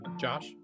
Josh